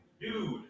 dude